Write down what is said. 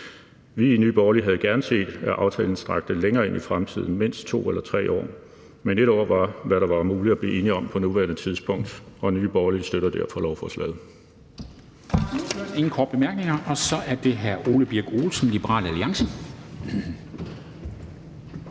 Vi i Nye Borgerlige havde gerne set, at aftalen rakte længere ind i fremtiden, mindst 2 eller 3 år, men 1 år var, hvad der var muligt at blive enige om på nuværende tidspunkt, og Nye Borgerlige støtter derfor lovforslaget.